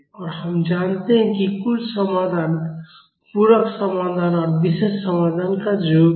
और हम जानते हैं कि कुल समाधान पूरक समाधान और विशेष समाधान का योग है